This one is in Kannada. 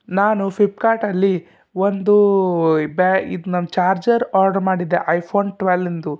ನಾನು ಫಿಪ್ಕಾರ್ಟಲ್ಲಿ ಒಂದು ಬ್ಯಾ ಇದನ್ನ ಚಾರ್ಜರ್ ಆರ್ಡ್ರು ಮಾಡಿದ್ದೆ ಐ ಫೋನ್ ಟ್ವೆಲ್ಲಿಂದು